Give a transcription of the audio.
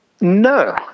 No